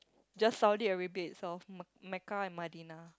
just Saudi Arabia itself Mecca and Medina